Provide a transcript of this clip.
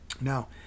Now